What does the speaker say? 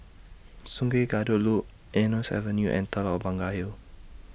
Sungei Kadut Loop Eunos Avenue and Telok Blangah Hill